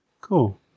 Cool